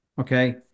okay